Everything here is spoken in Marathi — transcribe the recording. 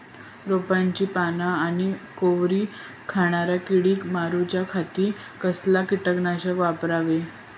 रोपाची पाना आनी कोवरी खाणाऱ्या किडीक मारूच्या खाती कसला किटकनाशक वापरावे?